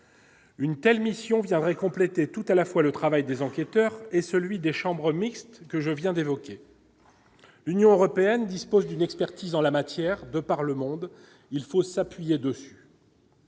Une telle mission viendrait compléter tout à la fois le travail des enquêteurs et celui des chambres mixtes que je viens d'évoquer l'Union européenne dispose d'une expertise en la matière, de par le monde, il faut s'appuyer dessus.